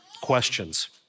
questions